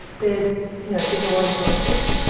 there's you know bigger ones like this.